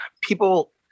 people